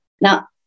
Now